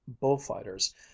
bullfighters